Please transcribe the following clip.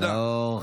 תודה, נאור.